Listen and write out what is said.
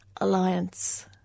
Alliance